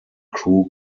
crew